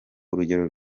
urugero